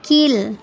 கீழ்